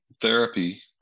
therapy